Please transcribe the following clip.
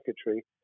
secretary